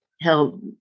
help